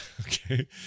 Okay